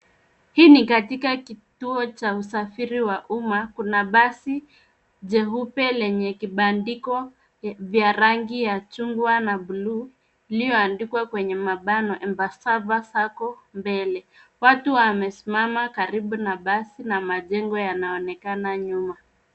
Hii ni katika kituo cha usafiri wa umma. Kuna basi jeupe lenye kibandiko cha rangi ya chungwa na bluu, iliyoandikwa kwenye mabano Embassava Sacco mbele. Watu wamesimama karibu na basi na majengo yanaonekana nyuma.